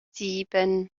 sieben